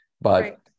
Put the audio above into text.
but-